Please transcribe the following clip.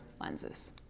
lenses